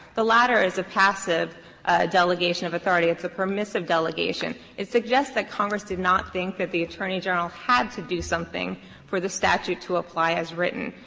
the latter is a passive delegation of authority it's a permissive delegation. it suggests that the congress did not think that the attorney general had to do something for the statute to apply as written.